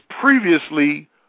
previously